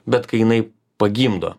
bet kai jinai pagimdo